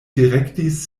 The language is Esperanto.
direktis